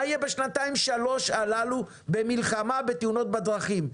מה יהיה בשנתיים-שלוש הללו במלחמה בתאונות בדרכים?